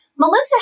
Melissa